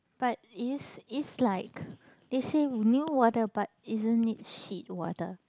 but is is like it say Newater but isn't it shit water